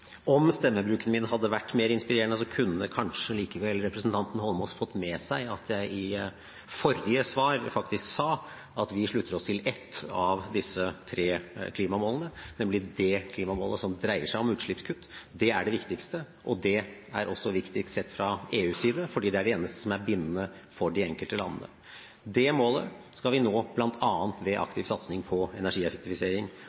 i forrige svar faktisk sa at vi slutter oss til ett av disse tre klimamålene, nemlig det klimamålet som dreier seg om utslippskutt. Det er det viktigste, og det er også viktigst sett fra EUs side fordi det er det eneste som er bindende for de enkelte landene. Det målet skal vi nå bl.a. ved aktiv satsing på energieffektivisering